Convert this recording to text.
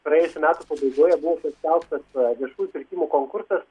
praėjusių metų pabaigoje buvo paskelbtas viešųjų pirkimų konkursas